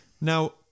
Now